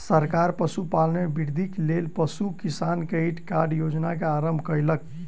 सरकार पशुपालन में वृद्धिक लेल पशु किसान क्रेडिट कार्ड योजना के आरम्भ कयलक